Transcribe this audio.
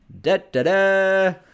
Da-da-da